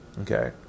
Okay